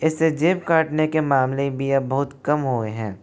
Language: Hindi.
इससे जेब काटने के मामले भी अब बहुत कम हुए हैं